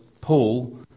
Paul